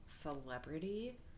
celebrity